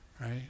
Right